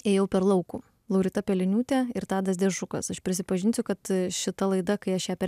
ėjau per laukų laurita peleniūtė ir tadas deršukas aš prisipažinsiu kad šita laida kai aš ją per